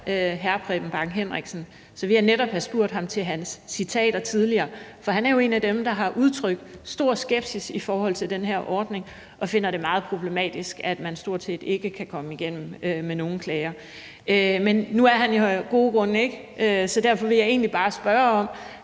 hr. Preben Bang Henriksen, som stod her, ville jeg netop have spurgt ham til hans citater tidligere, for han er jo en af dem, der har udtrykt stor skepsis i forhold til den her ordning, og finder det meget problematisk, at man stort set ikke kan komme igennem med nogen klager. Men nu er han her jo af gode grunde ikke, så derfor vil jeg egentlig bare spørge